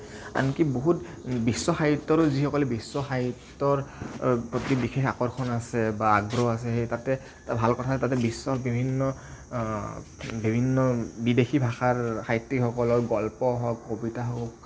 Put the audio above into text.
আনকি বহুত বিশ্বসাহিত্যৰো যিসকল বিশ্বসাহিত্যৰ প্ৰতি বিশেষ আকৰ্ষণ আছে বা আগ্ৰহ আছে সেই তাতে এটা ভাল কথা তাতে বিশ্বৰ বিভিন্ন বিভিন্ন বিদেশী ভাষাৰ সাহিত্যিকসকলৰ গল্প হওক কবিতা হওক